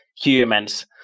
humans